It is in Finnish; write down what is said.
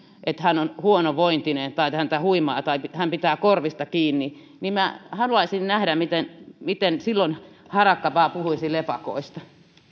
että hän on huonovointinen tai että häntä huimaa tai hän pitää korvista kiinni minä haluaisin nähdä miten miten silloin harakka vain puhuisi lepakoista